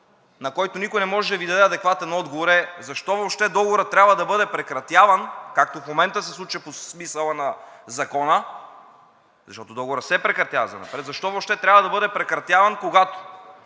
на който никой не може да Ви даде адекватен отговор, е: защо въобще договорът трябва да бъде прекратяван, както в момента се случва по смисъла на Закона, защото договорът се прекратява занапред? Защо въобще трябва да бъде прекратяван, когато